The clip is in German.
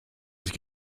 sich